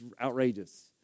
outrageous